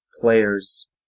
players